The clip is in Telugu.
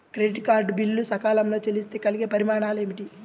క్రెడిట్ కార్డ్ బిల్లు సకాలంలో చెల్లిస్తే కలిగే పరిణామాలేమిటి?